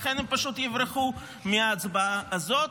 לכן הם פשוט יברחו מההצבעה הזאת.